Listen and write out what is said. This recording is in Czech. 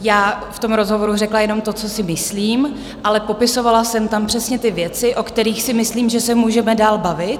Já jsem v tom rozhovoru řekla jenom to, co si myslím, ale popisovala jsem tam přesně ty věci, o kterých si myslím, že se můžeme dál bavit.